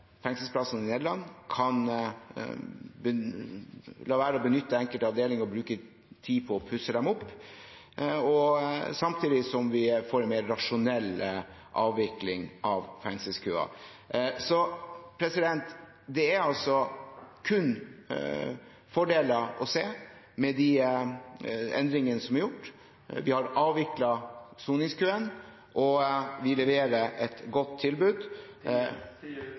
fengselsplassene i Nederland kan la være å benytte enkelte avdelinger og bruke tid på å pusse dem opp, samtidig som vi får en mer rasjonell avvikling av fengselskøen. Det er altså kun fordeler å se med de endringene som er gjort. Vi har avviklet soningskøen, og vi leverer et godt tilbud.